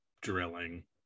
drilling